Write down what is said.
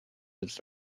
its